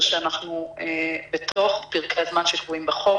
שאנחנו בתוך פרקי הזמן שקבועים בחוק,